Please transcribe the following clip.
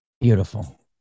Beautiful